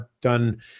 done